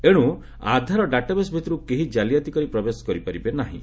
ଏଣୁ ଆଧାର ଡାଟାବେସ୍ ଭିତରକୁ କେହି ଜାଲିଆତି କରି ପ୍ରବେଶ କରିପାରିବେ ନାହିଁ